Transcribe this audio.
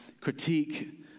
critique